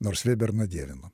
nors vėberną dievinu